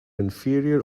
inferior